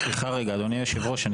אדוני היושב ראש,